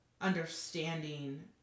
understanding